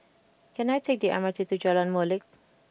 can I take the M R T to Jalan Molek